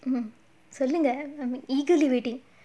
something that I'm eagerly waiting